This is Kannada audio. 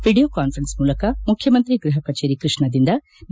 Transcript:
ವಿಡಿಯೋ ಕಾನ್ಪರೆನ್ಸ್ ಮೂಲಕ ಮುಖ್ಯಮಂತ್ರಿ ಗೃಹ ಕಚೇರಿ ಕೃಷ್ಣದಿಂದ ಬಿ